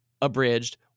abridged